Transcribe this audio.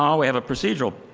um we have a procedural.